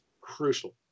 crucial